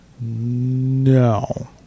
No